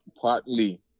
Partly